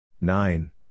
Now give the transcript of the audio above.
Nine